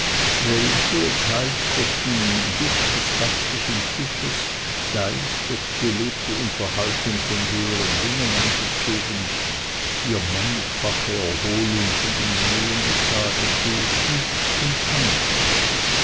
welche teils durch den duft des gastlichen tisches teils durch die belebte unterhaltung von höheren dingen angezogen hier mannigfache erholung von den mühen des tages suchten und fanden